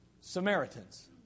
Samaritans